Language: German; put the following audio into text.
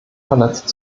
verletzte